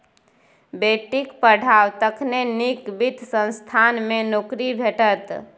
बेटीक पढ़ाउ तखने नीक वित्त संस्थान मे नौकरी भेटत